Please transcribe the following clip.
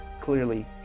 clearly